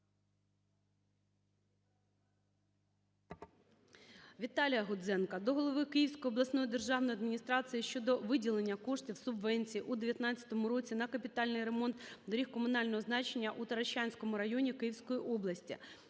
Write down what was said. Віталія Гудзенка до голови Київської обласної державної адміністрації щодо виділення коштів (субвенції) у 19-му році на капітальний ремонт доріг комунального значення у Таращанському районі Київської області.